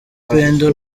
pendo